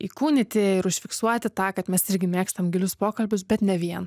įkūnyti ir užfiksuoti tą kad mes irgi mėgstam gilius pokalbius bet ne vien